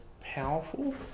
powerful